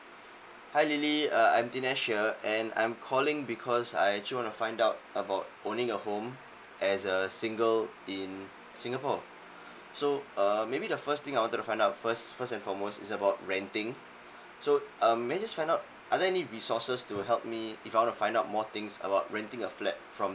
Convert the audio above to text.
hi lily uh im dinesh here and I'm calling because I actually wanna find out about owning a home as a single in singapore so err maybe the first thing I wanted to find out first first and foremost is about renting so um may I just find out are there any resources to help me if I wanna find out more things about renting a flat from